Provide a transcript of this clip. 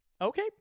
Okay